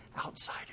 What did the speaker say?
Outside